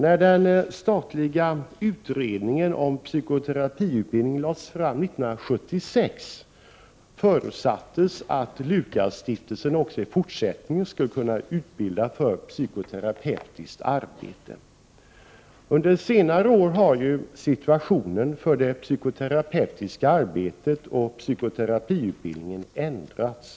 När den statliga utredningen om psykoterapiutbildning lades fram 1976 förutsattes att S:t Lukasstiftelsen också i fortsättningen skulle kunna utbilda för psykoterapeutiskt arbete. Under senare år har situationen för det psykoterapeutiska arbetet och för psykoterapiutbildningen ändrats.